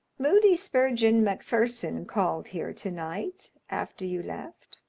moody spurgeon macpherson called here tonight after you left,